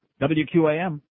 wqam